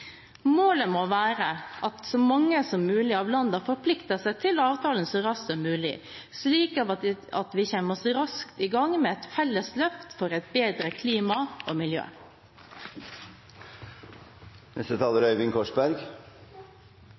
Målet må være at så mange som mulig av landene forplikter seg til avtalen så raskt som mulig, slik at vi kommer raskt i gang med et felles løft for et bedre klima og et bedre miljø.